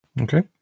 Okay